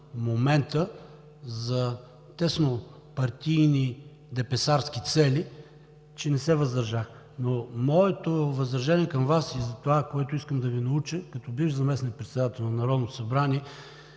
момента за теснопартийни депесарски цели, че не се въздържах. Но моето възражение към Вас и за това, което искам да Ви науча като бивш заместник-председател на Народното събрание,